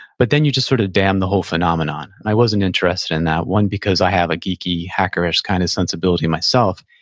but then you just sort of damn the whole phenomenon. and i wasn't interested in that one, because i have a geeky, hacker-ish kind of sensibility myself.